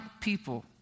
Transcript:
people